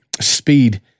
speed